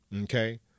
Okay